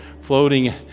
floating